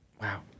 wow